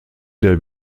der